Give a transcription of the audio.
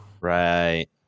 Right